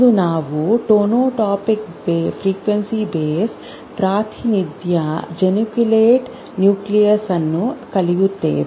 ಎಂದು ನಾವು tonotopic frequency base ಪ್ರಾತಿನಿಧ್ಯ ಜೆನಿಕುಲೇಟ್ ನ್ಯೂಕ್ಲಿಯಸ್ಗೆ ಕಲಿಯುತ್ತೇವೆ